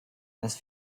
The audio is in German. dass